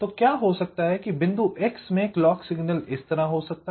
तो क्या हो सकता है कि बिंदु x में क्लॉक सिग्नल इस तरह हो सकता है